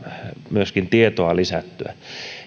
myöskin tietoa lisättyä